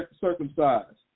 circumcised